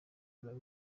ubald